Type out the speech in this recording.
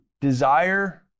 desire